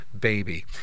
baby